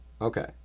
Okay